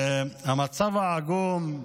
המצב העגום,